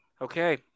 Okay